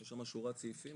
יש שמה שורת סעיפים,